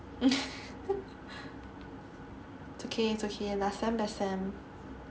it's okay it's okay last sem last sem